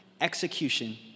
execution